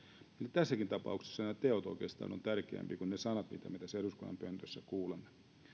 tässäkin tapauksessa nämä teot oikeastaan ovat tärkeämpiä kuin ne sanat mitä me tästä eduskunnan pöntöstä kuulemme